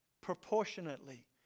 proportionately